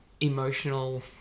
emotional